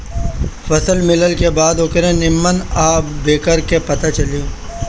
फसल मिलला के बाद ओकरे निम्मन आ बेकार क पता चली